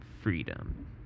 freedom